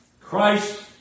Christ